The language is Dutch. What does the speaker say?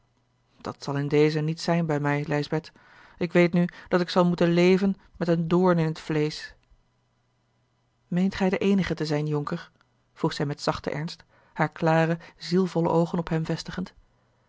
dat zal in dezen niet zijn bij mij lijsbeth ik weet nu dat ik zal moeten leven met een doorn in het vleesch meent gij de eenige te zijn jonker vroeg zij met zachten ernst hare klare zielvolle oogen op hem vestigend